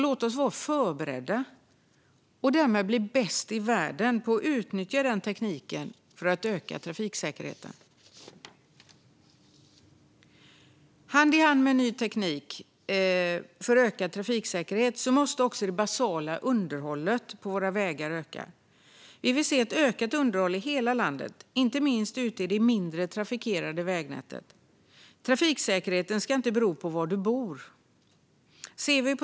Låt oss vara förberedda och bli bäst i världen på att utnyttja denna teknik för att öka trafiksäkerheten! Hand i hand med ny teknik för ökad trafiksäkerhet måste också det basala underhållet av våra vägar öka. Vi vill se ett ökat underhåll i hela landet, inte minst ute i det mindre trafikerade vägnätet. Trafiksäkerheten ska inte bero på var man bor.